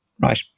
right